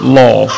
law